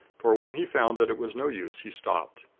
for when he found that it was no use, he stopped.